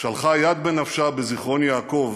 שלחה יד בנפשה בזיכרון יעקב